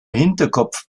hinterkopf